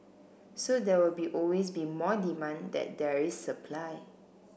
so there will be always be more demand that there is supply